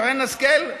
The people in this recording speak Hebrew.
שרן השכל,